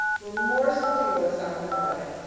remorsefully yours, sallie mcbride.